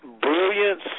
brilliance